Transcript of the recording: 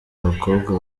abakobwa